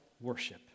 worship